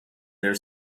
their